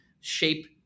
shape